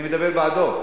אני מדבר בעדו.